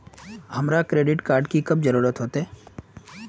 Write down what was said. हमरा credit card की कब जरूरत होते?